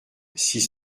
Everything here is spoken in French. six